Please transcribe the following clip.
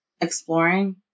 exploring